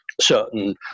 Certain